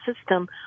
system